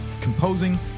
composing